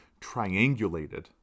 triangulated